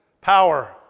Power